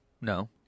no